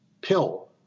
pill